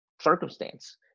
circumstance